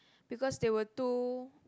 because they were too